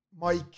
Mike